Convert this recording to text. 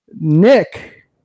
Nick